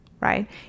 right